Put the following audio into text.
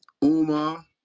Uma